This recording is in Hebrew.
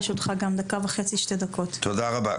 תודה רבה.